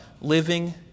living